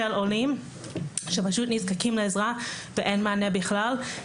עולים שפשוט נזקקים לעזרה ואין מענה בכלל.